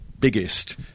biggest